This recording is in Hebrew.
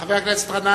חבר הכנסת גנאים.